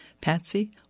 Patsy